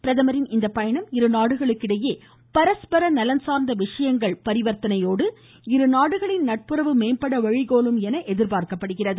பிரதமரின் இந்த பயணம் இருநாடுகளுக்கிடையே பரஸ்பர நலன் சார்ந்த விஷயங்கள் பரிவர்த்தனையோடு இருநாடுகளின் நட்புறவு மேம்பட வழிகோலும் என எதிர்பார்க்கப்படுகிறது